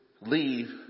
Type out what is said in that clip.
leave